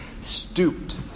stooped